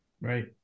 Right